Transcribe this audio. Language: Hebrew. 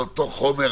על אותו חומר,